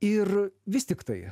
ir vis tiktai